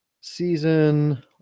season